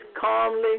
calmly